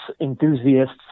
enthusiasts